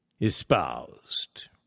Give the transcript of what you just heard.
espoused